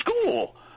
school